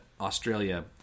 Australia